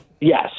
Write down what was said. Yes